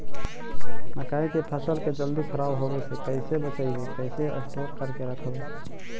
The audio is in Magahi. मकइ के फ़सल के जल्दी खराब होबे से कैसे बचइबै कैसे स्टोर करके रखबै?